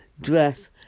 dress